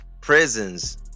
prisons